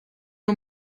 nur